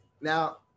Now